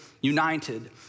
united